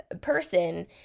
person